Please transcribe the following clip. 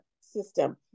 system